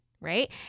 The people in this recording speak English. Right